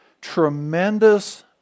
tremendous